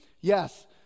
yes